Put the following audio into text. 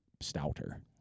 stouter